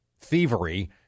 thievery